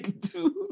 dude